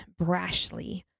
brashly